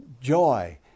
joy